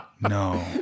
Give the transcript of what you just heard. no